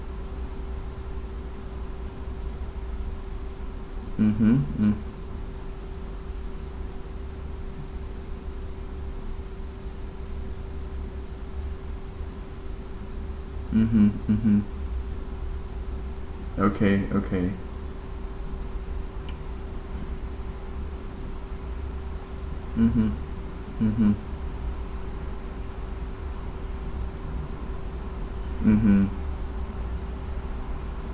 mmhmm mm mmhmm mmhmm okay okay mmhmm mmhmm mmhmm